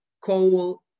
coal